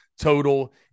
total